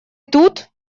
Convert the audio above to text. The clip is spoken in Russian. тут